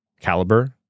caliber